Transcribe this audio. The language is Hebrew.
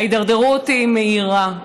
ההידרדרות היא מהירה,